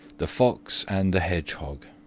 the fox and the hedgehog